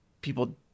people